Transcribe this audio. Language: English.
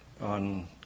on